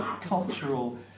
cultural